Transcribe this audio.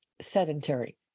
sedentary